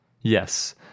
Yes